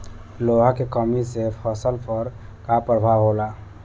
लोहा के कमी से फसल पर का प्रभाव होला?